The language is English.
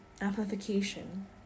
amplification